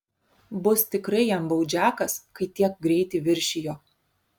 bus tikrai jam baudžiakas kai tiek greitį viršijo